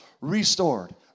restored